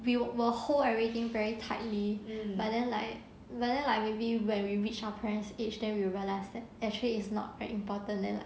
we will hold everything very tightly but then like but then like maybe when we reach our parents age then we realize that actually is not very important than like